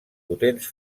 potents